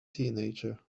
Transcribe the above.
teenager